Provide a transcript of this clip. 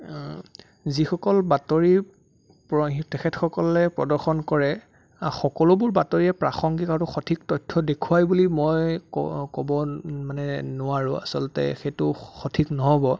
যিসকল বাতৰিৰ পৰা তেখেতসকলে প্ৰদৰ্শন কৰে আৰু সকলোবোৰ বাতৰিয়ে প্ৰাসংগিক আৰু সঠিক তথ্য দেখুৱাই বুলি মই ক' ক'ব মানে নোৱাৰোঁ আচলতে সেইটো সঠিক নহ'ব